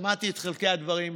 שמעתי את חלקי הדברים שלו.